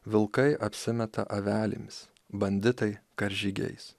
vilkai apsimeta avelėmis banditai karžygiais